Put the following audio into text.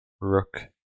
Rook